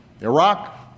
Iraq